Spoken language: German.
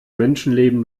menschenleben